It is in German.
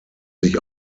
sich